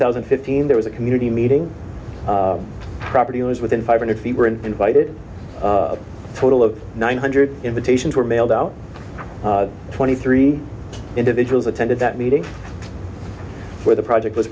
thousand and fifteen there was a community meeting property owners within five hundred feet were invited a total of nine hundred invitations were mailed out twenty three individuals attended that meeting where the project was